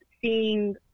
seeing